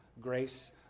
grace